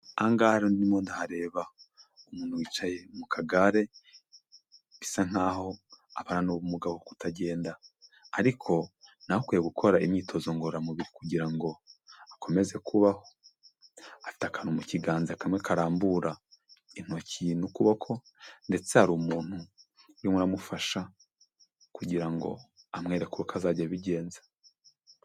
Aha ngaha rero ndimo ndahareba umuntu wicaye mu kagare bisa nkaho abana n'ubumuga bwo kutagenda, ariko nawe akwiye gukora imyitozo ngororamubiri kugira ngo akomeze kubaho. Afite akantu mu kiganza kamwe karambura intoki n'ukuboko, ndetse hari umuntu umufasha kugira ngo amwereke ukuntu azajya abigenza.